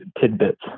tidbits